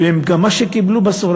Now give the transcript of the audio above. ומה שהם קיבלו בסוף,